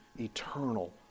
eternal